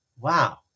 wow